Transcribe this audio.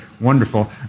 wonderful